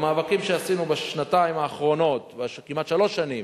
במאבקים שעשינו בשנתיים האחרונות, כמעט שלוש שנים,